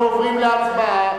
אנחנו עוברים להצבעה.